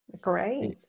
great